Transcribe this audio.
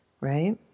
right